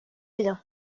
bien